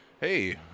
hey